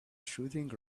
shooting